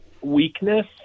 Weakness